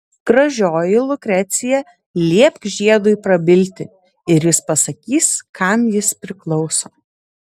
gražioji lukrecija liepk žiedui prabilti ir jis pasakys kam jis priklauso